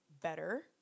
better